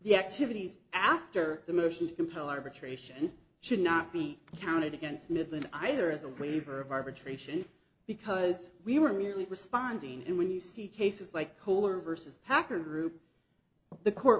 the activities after the motion to compel arbitration should not be counted against midland either as a waiver of arbitration because we were merely responding and when you see cases like kohler vs hacker group the court